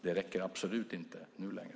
Det räcker absolut inte nu längre.